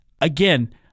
again